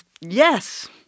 yes